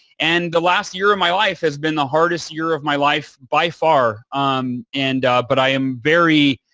and the last year of my life has been the hardest year of my life by far um and ah but i am very,